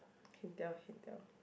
can tell can tell